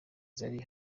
zari